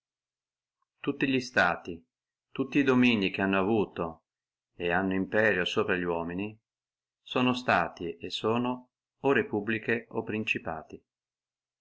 tutti li stati tutti e dominii che hanno avuto et hanno imperio sopra li uomini sono stati e sono o repubbliche o principati